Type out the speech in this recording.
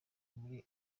muri